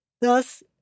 Thus